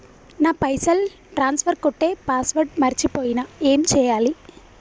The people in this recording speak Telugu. నా పైసల్ ట్రాన్స్ఫర్ కొట్టే పాస్వర్డ్ మర్చిపోయిన ఏం చేయాలి?